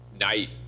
night